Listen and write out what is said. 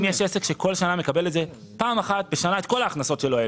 אם יש עסק שבכל שנה מקבל במועד מסוים את כל ההכנסות שלו,